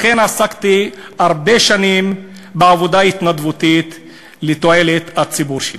לכן עסקתי הרבה שנים בעבודה התנדבותית לתועלת הציבור שלי.